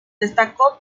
destacó